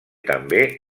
també